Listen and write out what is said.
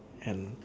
hel~